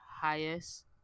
highest